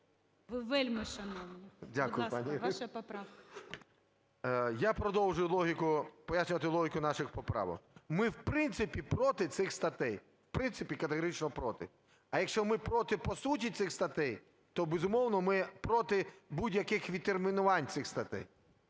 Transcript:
ШУФРИЧ Н.І. Дякую, пані Ірино. Я продовжу логіку… пояснювати логіку наших поправок. Ми в принципі проти цих статей. В принципі категорично проти. А якщо ми проти по суті цих статей, то, безумовно, ми проти будь-яких відтермінувань цих статей.